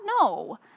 No